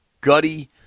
gutty